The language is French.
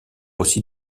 aussi